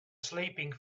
sleeping